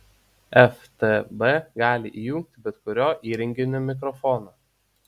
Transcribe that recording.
ftb gali įjungti bet kurio įrenginio mikrofoną